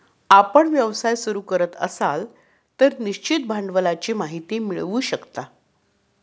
आपण व्यवसाय सुरू करत असाल तर निश्चित भांडवलाची माहिती मिळवू शकता